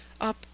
up